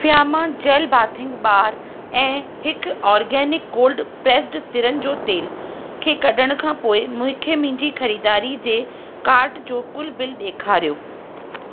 Fiama gel bathing bar ऐं हिकु organic cold pressed तिरनि जो तेल खे कढण खां पोइ मूंखे मुंहिंजी ख़रीदारी जे कार्ट जो कुलु बिल ॾेखारियो